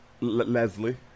leslie